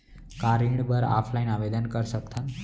का ऋण बर ऑफलाइन आवेदन कर सकथन?